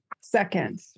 Second